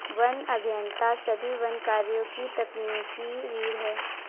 one अभियंता सभी वन कार्यों की तकनीकी रीढ़ हैं